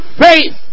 faith